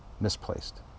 misplaced